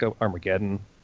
Armageddon